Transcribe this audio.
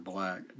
Black